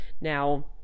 Now